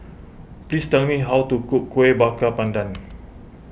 please tell me how to cook Kueh Bakar Pandan